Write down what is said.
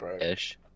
ish